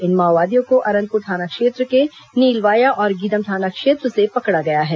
इन माओवादियों को अरनपुर थाना क्षेत्र के नीलवाया और गीदम थाना क्षेत्र से पकड़ा गया है